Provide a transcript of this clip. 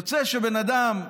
יוצא שבן אדם,